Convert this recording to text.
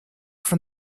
from